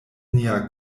nia